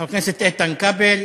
חבר הכנסת איתן כבל,